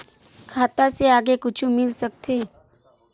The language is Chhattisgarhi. खाता से आगे कुछु मिल सकथे?